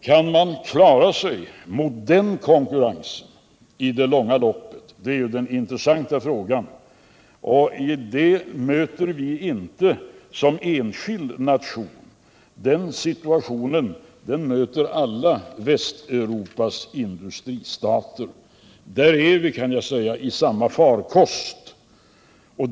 Kan man klara sig mot den konkurrensen i det långa loppet? Det är den intressanta frågan. Och den situationen möter vi inte som enskild nation, utan den situationen möter alla Västeuropas industristater. Där är vi, kan jag säga, i samma farkost.